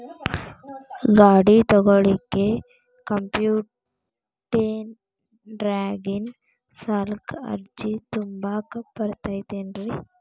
ಗಾಡಿ ತೊಗೋಳಿಕ್ಕೆ ಕಂಪ್ಯೂಟೆರ್ನ್ಯಾಗಿಂದ ಸಾಲಕ್ಕ್ ಅರ್ಜಿ ತುಂಬಾಕ ಬರತೈತೇನ್ರೇ?